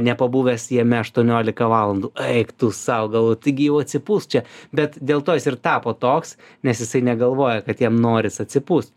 nepabuvęs jame aštuoniolika valandų eik tu sau galvoju taigi jau atsipūsk čia bet dėl to jis ir tapo toks nes jisai negalvoja kad jam noris atsipūs